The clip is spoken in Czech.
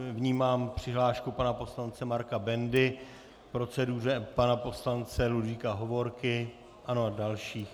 Vnímám přihlášku pana poslance Marka Bendy k proceduře a pana poslance Ludvíka Hovorky a dalších.